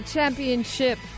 Championship